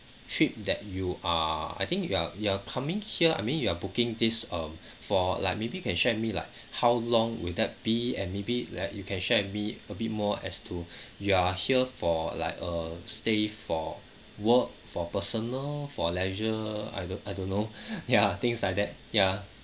trip that you are I think you are you are coming here I mean you are booking this um for like maybe you can share with me like how long would that be and maybe like you can share with me a bit more as to you are here for like uh stay for work for personal for leisure I don't I don't know ya things like that ya